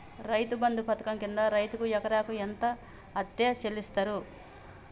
రైతు బంధు పథకం కింద రైతుకు ఎకరాకు ఎంత అత్తే చెల్లిస్తరు?